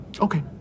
Okay